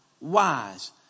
wise